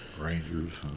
Rangers